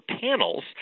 panels